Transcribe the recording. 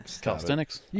calisthenics